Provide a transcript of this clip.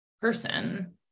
person